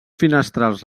finestrals